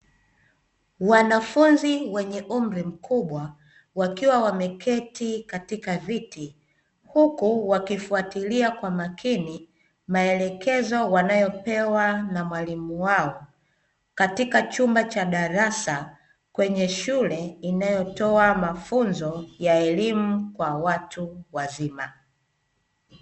Wanafunzi wenye umri mkubwa, wakiwa wameketi katika viti, huku wakifuatilia kwa makini maelekezo wanayopewa na mwalimu wao katika chumba cha darasa kwenye shule inayotoa mafunzo ya elimu kwa watu wazima.